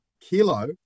kilo